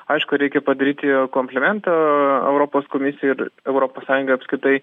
aišku reikia padaryti komplimentą europos komisijai ir europos sąjungai apskritai